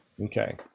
okay